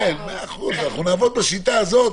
כן, מאה אחוז, אנחנו נעבוד בשיטה הזאת,